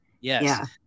Yes